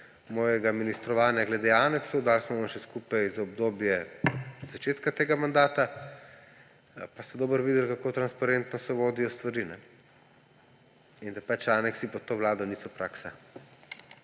mojega ministrovanja glede aneksov, dali smo vam še skupaj za obdobje od začetka tega mandata, pa ste dobro videli, kako transparentno se vodijo stvari, kajne, in da aneksi pod to vlado niso praksa.